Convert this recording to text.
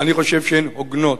אני חושב שהן הוגנות.